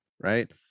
right